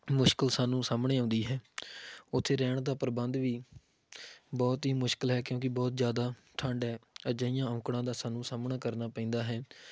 ਮੁਸ਼ਕਲ ਸਾਨੂੰ ਸਾਹਮਣੇ ਆਉਂਦੀ ਹੈ ਉੱਥੇ ਰਹਿਣ ਦਾ ਪ੍ਰਬੰਧ ਵੀ ਬਹੁਤ ਹੀ ਮੁਸ਼ਕਲ ਹੈ ਕਿਉਂਕਿ ਬਹੁਤ ਜ਼ਿਆਦਾ ਠੰਡ ਹੈ ਅਜਿਹੀਆਂ ਔਕੜਾਂ ਦਾ ਸਾਨੂੰ ਸਾਹਮਣਾ ਕਰਨਾ ਪੈਂਦਾ ਹੈ